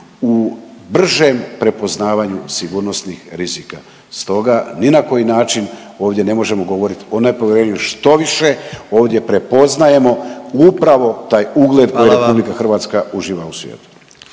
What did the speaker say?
u bržem prepoznavanju sigurnosnih rizika. Stoga ni na koji način ovdje ne možemo govoriti o nepovjerenju, štoviše ovdje prepoznajemo upravo taj ugled …/Upadica: Hvala vam./… koji RH uživa u svijetu.